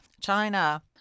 China